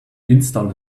install